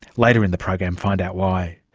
later in the program, find out why.